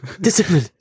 Discipline